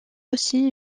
aussi